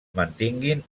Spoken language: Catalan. mantinguin